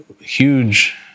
huge